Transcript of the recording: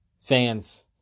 Fans